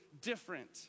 different